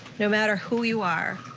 no matter who you are,